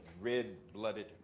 red-blooded